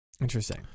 Interesting